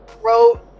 wrote